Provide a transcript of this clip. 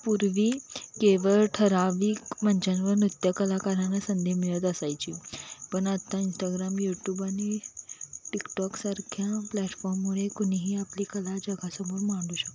पूर्वी केवळ ठरावीक मंचांवर नृत्य कलाकारांना संधी मिळत असायची पण आत्ता इंस्टाग्राम यूट्यूब आणि टिकटॉकसारख्या प्लॅटफॉर्ममुळे कुणीही आपली कला जगासमोर मांडू शकतो